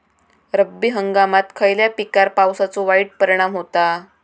रब्बी हंगामात खयल्या पिकार पावसाचो वाईट परिणाम होता?